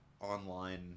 online